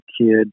kid